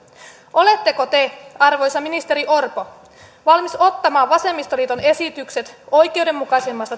oletteko te arvoisa ministeri orpo valmis ottamaan vasemmistoliiton esitykset oikeudenmukaisemmasta